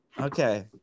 Okay